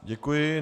Děkuji.